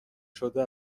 شده